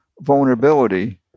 vulnerability